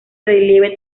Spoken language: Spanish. relieve